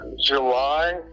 July